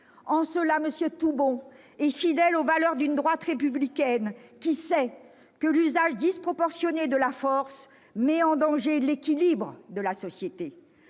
En cela, M. Toubon est fidèle aux valeurs d'une droite républicaine qui sait que l'usage disproportionné de la force met en danger l'équilibre de la société.